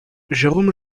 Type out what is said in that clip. jérôme